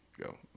go